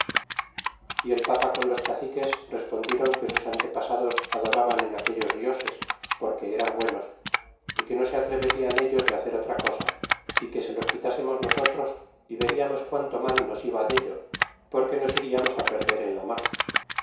y el papa con los caciques respondieron que sus alltepasados adoraban en aquellos dioses porque eran buenos y que no se atreverian ellos de hacer otra cosa y que se los quitásemos nosotros y veriamos quanto mal nos iba dallo porque nos friamos perder en la mar